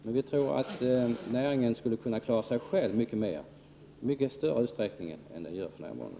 Men vi tror att näringen skulle klara sig själv i större utsträckning än den gör för närvarande.